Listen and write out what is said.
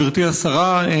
גברתי השרה,